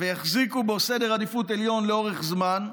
ויחזיקו בו בעדיפות עליונה לאורך זמן,